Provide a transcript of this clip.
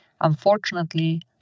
Unfortunately